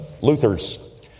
Luther's